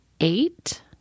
Eight